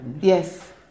Yes